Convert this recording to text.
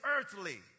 earthly